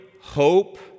hope